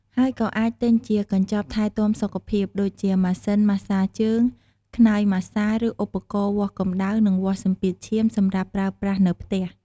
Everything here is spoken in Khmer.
ហើយក៏អាចទិញជា កញ្ចប់ថែទាំសុខភាព ដូចជាម៉ាស៊ីនម៉ាស្សាជើង ខ្នើយម៉ាស្សា ឬឧបករណ៍វាស់កម្ដៅ និងវាស់សម្ពាធឈាមសម្រាប់ប្រើប្រាស់នៅផ្ទះ។